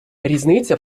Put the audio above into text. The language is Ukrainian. різниця